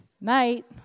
night